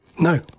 No